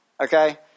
okay